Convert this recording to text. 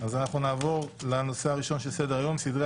אז אנחנו נעבור לנושא הראשון של סדר-היום: סדרי